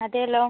അതെല്ലോ